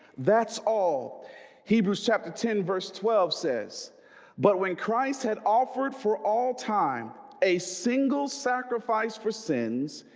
that's all hebrews chapter ten verse twelve says but when christ had offered for all time a single sacrifice for sins.